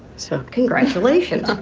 so congratulations. ah